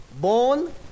born